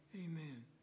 amen